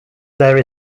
there